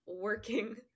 working